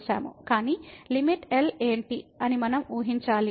కానీ limit L ఏంటి అని మనం ఊహించాలీ